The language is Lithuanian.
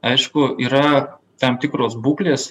aišku yra tam tikros būklės